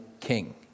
king